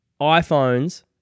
iPhones